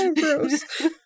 gross